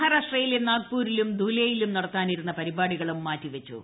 മഹാരാഷ്ട്രയിലെ നാഗ്പൂരിലും ദൂലെയിലും നടത്താനിരുന്ന പരിപാടികളും മാറ്റി വച്ചു